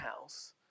house